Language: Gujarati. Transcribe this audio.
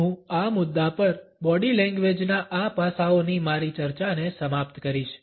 હું આ મુદ્દા પર બોડી લેંગ્વેજના આ પાસાઓની મારી ચર્ચાને સમાપ્ત કરીશ